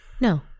No